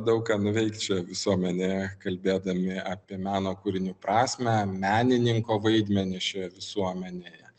daug ką nuveikt šioje visuomenėje kalbėdami apie meno kūrinių prasmę menininko vaidmenį šioje visuomenėje